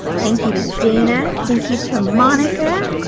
thank you to dana. thank you to monica.